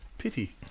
pity